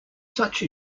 such